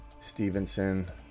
Stevenson